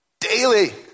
Daily